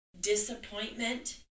disappointment